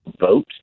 vote